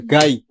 Guy